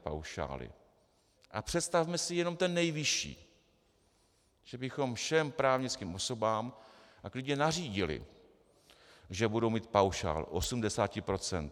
A představme si jenom ten nejvyšší, že bychom všem právnickým osobám klidně nařídili, že budou mít paušál 80 %.